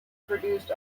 produced